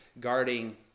guarding